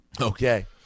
Okay